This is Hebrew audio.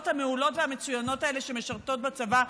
המעולות והמצוינות האלה שמשרתות בצבא.